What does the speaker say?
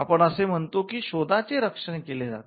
आपण असे म्हणतो की शोधाचे संरक्षण केले जाईल